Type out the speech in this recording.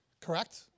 Correct